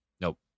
nope